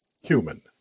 Human